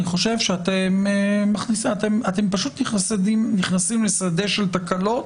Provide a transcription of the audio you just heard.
אני חושב שאתם פשוט נכנסים לשדה של תקלות,